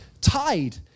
tied